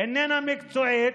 איננה מקצועית,